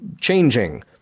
changing